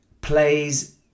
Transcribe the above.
plays